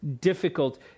difficult